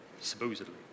supposedly